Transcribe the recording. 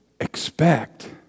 expect